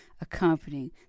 accompanying